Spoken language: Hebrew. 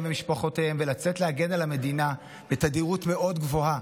ומשפחותיהם ולצאת להגן על המדינה בתדירות מאוד גבוהה?